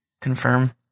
confirm